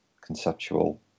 conceptual